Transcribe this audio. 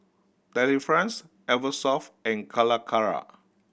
Delifrance Eversoft and Calacara